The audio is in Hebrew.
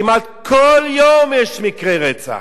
כמעט כל יום יש מקרי רצח.